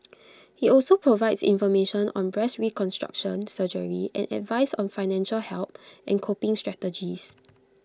IT also provides information on breast reconstruction surgery and advice on financial help and coping strategies